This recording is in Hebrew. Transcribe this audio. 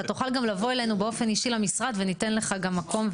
אתה תוכל גם לבוא אלינו באופן אישי למשרד וניתן לך מקום.